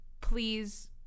please